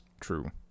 True